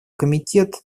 комитет